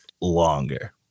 longer